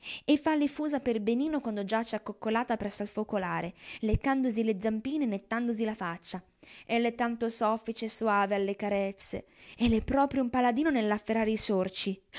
e fa le fusa per benino quando giace accoccolata presso al focolare leccandosi le zampine e nettandosi la faccia e l'è tanto soffice e soave alle carezze e l'è proprio un paladino nell'afferrare i sorci oh